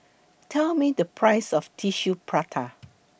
Tell Me The Price of Tissue Prata